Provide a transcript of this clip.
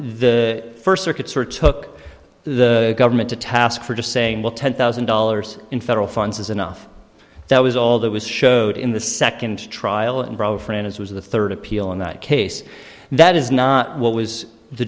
the first circuits or took the government to task for just saying well ten thousand dollars in federal funds is enough that was all that was showed in the second trial and fran as was the third appeal in that case that is not what was the